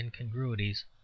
incongruities